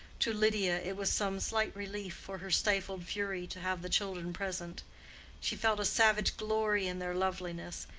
to lydia it was some slight relief for her stifled fury to have the children present she felt a savage glory in their loveliness,